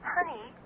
Honey